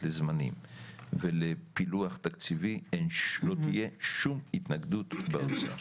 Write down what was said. לזמנים ולפילוח תקציבי לא תהיה שום התנגדות באוצר,